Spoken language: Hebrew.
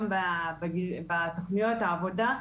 גם בתכניות העבודה,